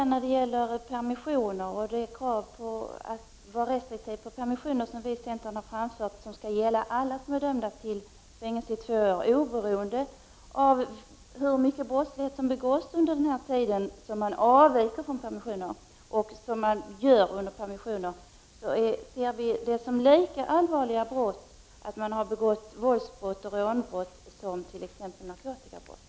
När det gäller permissioner har centern ställt krav på restriktivitet i fråga om permissioner för alla som är dömda till fängelse i två år. Oberoende av hur många brott som begås i samband med permissioner och i samband med att man avviker vid permissioner så ser vi våldsoch rånbrott som lika allvarliga som t.ex. narkotikabrott.